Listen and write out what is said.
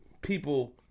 people